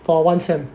for one sem